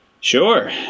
Sure